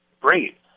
great